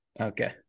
Okay